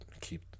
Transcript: keep